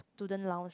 student lounge